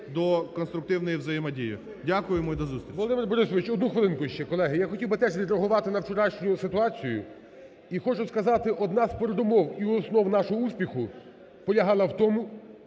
до конструктивної взаємодії. Дякуємо і до зустрічі.